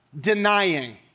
denying